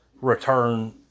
return